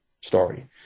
story